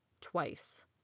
Twice